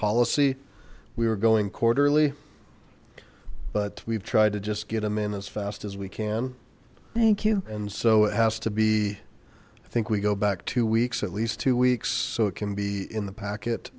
policy we were going quarterly but we've tried to just get a man as fast as we can thank you and so has to be think we go back two weeks at least two weeks so it can be in the packet